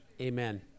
amen